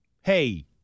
Hey